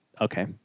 okay